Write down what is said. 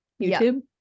youtube